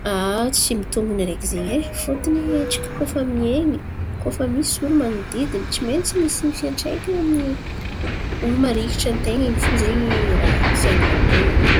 Tsy mitombina areky izen̈y e. Fôtiny atsika koa fa mihen̈y, koa fa misy olo manodidina tsy maintsy misy ny fiantsekany aminany olo marikitry an-tena in̈y fo zen̈y. Raha fiainan̈a ten̈a zen̈y